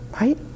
Right